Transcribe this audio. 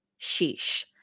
Sheesh